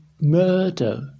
murder